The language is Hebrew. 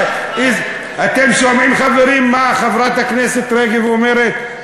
אתם שומעים, חברים, מה חברת הכנסת רגב אומרת?